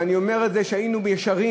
ואני אומר שהיינו ישרים,